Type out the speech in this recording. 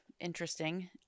interesting